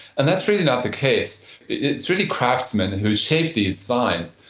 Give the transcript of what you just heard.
and that's really not the case. it's really craftsmen who shaped these signs.